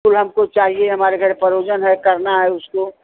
तुर हमको चाहिये हमारे घर परोजन है करना है उसको